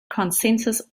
consensus